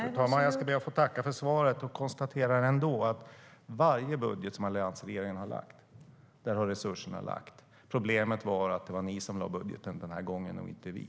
Fru talman! Jag ber att få tacka för svaret. Jag konstaterar att i varje budget som alliansregeringen lade fanns resurserna. Problemet är att det är ni, Anders Ygeman, som lägger budgeten den här gången, inte vi.